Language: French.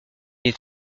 est